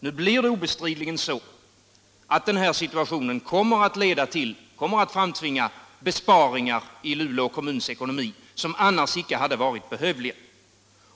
Nu blir det obestridligen så att situationen kommer att framtvinga besparingar i Luleå kommuns ekonomi, som annars icke hade varit behövliga.